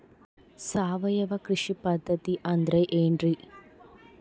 ಸಾವಯವ ಕೃಷಿ ಪದ್ಧತಿ ಅಂದ್ರೆ ಏನ್ರಿ?